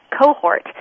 cohort